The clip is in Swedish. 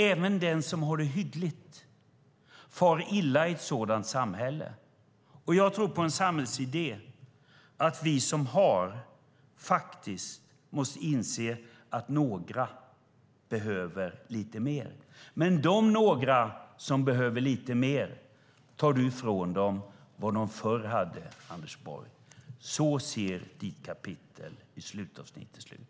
Även den som har det hyggligt far illa i ett sådant samhälle. Jag tror på en samhällsidé där vi som har måste inse att några behöver lite mer. Men du tar ifrån de några som behöver lite mer det de hade förr, Anders Borg. Så ser ditt kapitel i slutavsnittet ut.